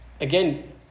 again